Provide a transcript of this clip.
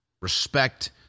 respect